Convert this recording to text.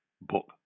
book